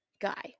guy